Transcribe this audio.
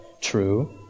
true